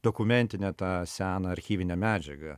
dokumentinę tą seną archyvinę medžiagą